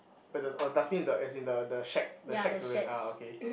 but the a dustbin in the as in the the shack the shack to rent ah okay